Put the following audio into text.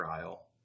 trial